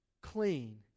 clean